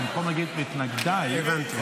הימין, זה הימין.